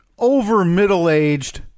over-middle-aged